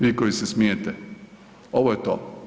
Vi koji se smijete, ovo je to.